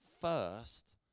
first